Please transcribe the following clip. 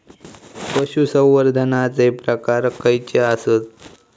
पशुसंवर्धनाचे प्रकार खयचे आसत?